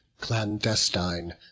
Clandestine